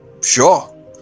Sure